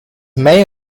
may